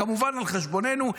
כמובן על חשבוננו,